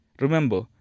Remember